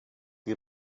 qui